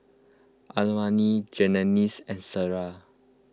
Almina Genesis and Clyda